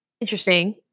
interesting